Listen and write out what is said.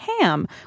ham